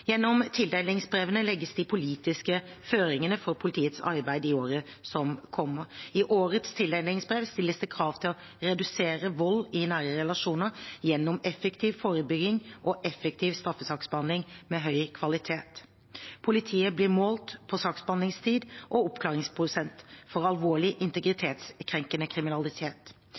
Gjennom tildelingsbrevene legges de politiske føringene for politiets arbeid i året som kommer. I årets tildelingsbrev stilles det krav til å redusere vold i nære relasjoner gjennom effektiv forebygging og effektiv straffesaksbehandling med høy kvalitet. Politiet blir målt på saksbehandlingstid og oppklaringsprosent for alvorlig integritetskrenkende kriminalitet.